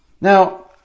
Now